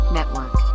Network